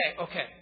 okay